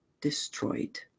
destroyed